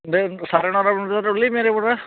দে চাৰে নটা মান বজাত উলিম ইয়াৰ পৰা